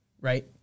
right